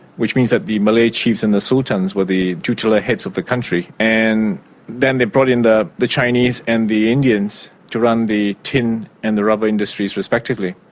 which means that the malay chiefs and the sultans were the titular heads of the country, and then they brought in the chinese chinese and the indians to run the tin and the rubber industries respectively.